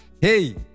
hey